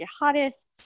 jihadists